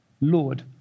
Lord